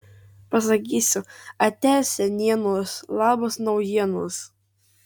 pasakysiu atia senienos labas naujienos